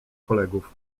kolegów